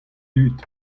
dud